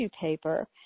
paper